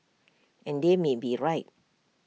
and they may be right